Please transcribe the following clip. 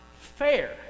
fair